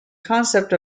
concept